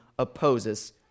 opposes